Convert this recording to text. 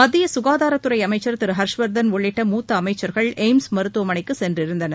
மத்திய கசகாதாரத்துறை அமைச்சர் திரு ஹர்ஷ்வர்தன் உள்ளிட்ட மூத்த அமைச்சர்கள் ஏய்ம்ஸ் மருத்துவமனைக்கு சென்றிருந்தனர்